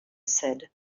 said